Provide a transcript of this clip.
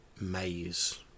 maze